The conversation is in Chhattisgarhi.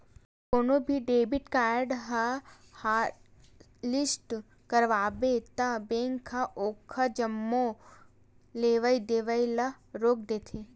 कोनो भी डेबिट कारड ल हॉटलिस्ट करवाबे त बेंक ह ओखर जम्मो लेवइ देवइ ल रोक देथे